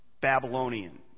Babylonian